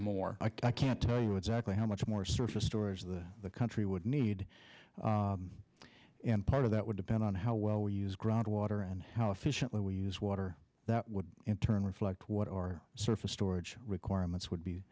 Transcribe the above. more i can't tell you exactly how much more surface stores of the country would need and part of that would depend on how well we use ground water and how efficiently we use water that would in turn reflect what our surface storage requirements would be